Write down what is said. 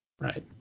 Right